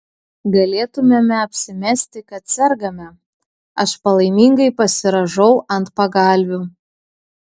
galėtumėme apsimesti kad sergame aš palaimingai pasirąžau ant pagalvių